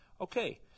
Okay